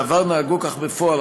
בעבר נהגו כך בפועל,